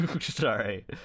sorry